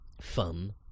Fun